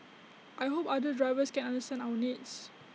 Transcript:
I hope other drivers can understand our needs